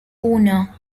uno